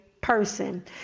person